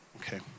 Okay